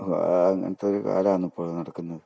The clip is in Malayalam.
അങ്ങനത്തെ ഒരു കാലമാണ് ഇപ്പോൾ നടക്കുന്നത്